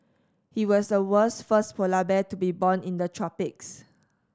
he was the world's first polar bear to be born in the tropics